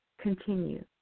continue